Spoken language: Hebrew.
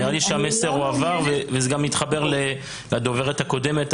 נראה לי שהמסר הועבר והוא גם מתחבר למסר של הדוברת הקודמת.